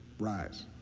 rise